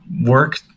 work